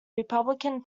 republican